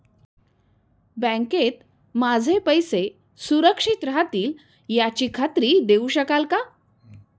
बँकेत माझे पैसे सुरक्षित राहतील याची खात्री देऊ शकाल का?